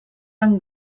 van